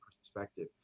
perspective